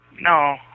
No